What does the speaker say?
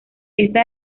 este